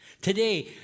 Today